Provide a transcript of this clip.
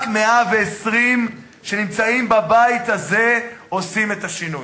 רק 120 שנמצאים בבית הזה עושים את השינוי.